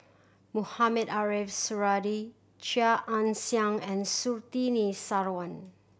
Mohamed Ariff Suradi Chia Ann Siang and Surtini Sarwan